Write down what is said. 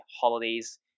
holidays